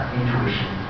intuition